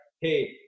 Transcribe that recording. hey